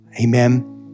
Amen